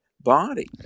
body